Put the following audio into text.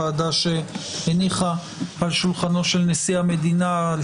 ועדה שהניחה על שולחנו של נשיא המדינה ועל